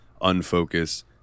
unfocus